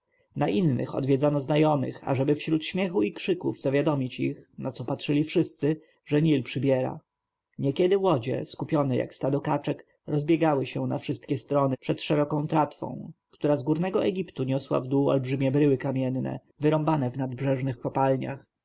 na innych odwiedzano znajomych ażeby wśród śmiechu i krzyków zawiadomić ich na co patrzyli wszyscy że nil przybiera niekiedy łodzie skupione jak stado kaczek rozbiegały się na wszystkie strony przed szeroką tratwą która z górnego egiptu niosła wdół olbrzymie bryły kamienne wyrąbane w nadbrzeżnych kopalniach